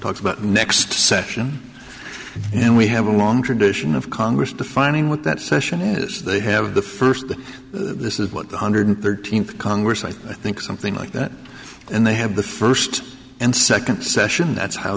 talked about next session and we have a long tradition of congress defining what that session is they have the first this is what the hundred thirteenth congress i think something like that and they have the first and second session that's how